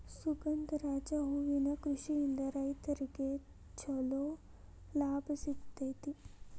ಸುಗಂಧರಾಜ ಹೂವಿನ ಕೃಷಿಯಿಂದ ರೈತ್ರಗೆ ಚಂಲೋ ಲಾಭ ಸಿಗತೈತಿ